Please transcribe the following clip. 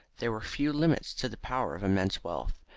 there were few limits to the power of immense wealth,